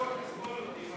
תסבול אותי,